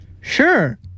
Sure